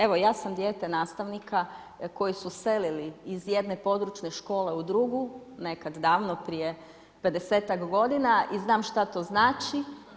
Evo, ja sam dijete nastavnika koji su selili iz jedne područne škole u drugu, nekad davno prije 50-ak godina i znam što to znači.